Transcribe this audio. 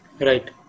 Right